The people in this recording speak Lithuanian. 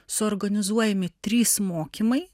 suorganizuojami trys mokymai